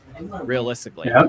realistically